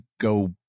go